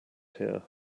here